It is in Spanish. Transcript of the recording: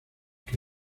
que